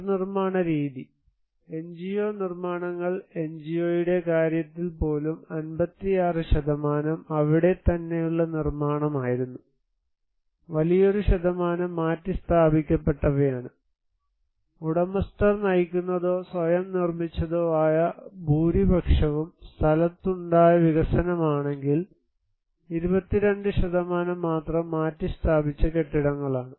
പുനർനിർമ്മാണ രീതി എൻജിഒ നിർമ്മാണങ്ങൾ എൻജിഒയുടെ കാര്യത്തിൽ പോലും 56 അവിടെത്തന്നെയുള്ള നിർമ്മാണമായിരുന്നു വലിയൊരു ശതമാനം മാറ്റിസ്ഥാപിക്കപ്പെട്ടവയാണ് ഉടമസ്ഥർ നയിക്കുന്നതോ സ്വയം നിർമ്മിച്ചതോ ആയ ഭൂരിപക്ഷവും സ്ഥലത്തുണ്ടായ വികസനമാണെങ്കിൽ 22 മാത്രം മാറ്റിസ്ഥാപിച്ച കെട്ടിടങ്ങളാണ്